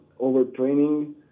overtraining